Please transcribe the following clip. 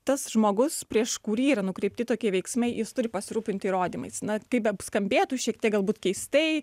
tas žmogus prieš kurį yra nukreipti tokie veiksmai jis turi pasirūpinti įrodymais na kaip bep skambėtų šiek tiek galbūt keistai